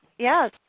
Yes